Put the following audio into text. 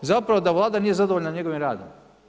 Zapravo da Vlada nije zadovoljna njegovim radom.